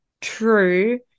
true